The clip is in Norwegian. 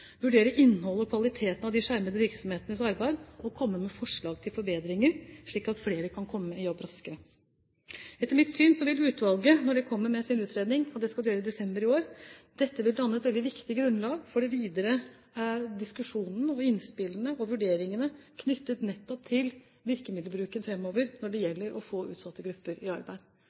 vurdere innholdet i og kvaliteten av de skjermede virksomhetenes arbeid og komme med forslag til forbedringer, slik at flere kan komme i jobb raskere. Etter mitt syn vil utvalgets utredning, når den kommer i desember i år, danne et veldig viktig grunnlag for den videre diskusjonen, innspillene og vurderingene knyttet til virkemiddelbruken framover når det gjelder å få utsatte grupper i arbeid.